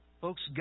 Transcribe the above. Folks